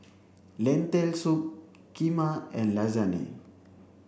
lentil soup Kheema and Lasagne